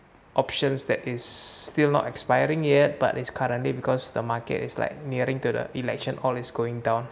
options that is still not expiring yet but it's currently because the market is like nearing to the election all is going down